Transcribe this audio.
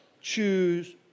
Choose